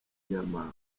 inyama